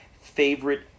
favorite